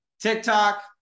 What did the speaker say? TikTok